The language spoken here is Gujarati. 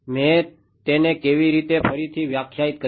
મેં તેને કેવી રીતે ફરીથી વ્યાખ્યાયિત કર્યા